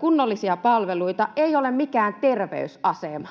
kunnollisia palveluita ei ole mikään terveysasema.